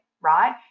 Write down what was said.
right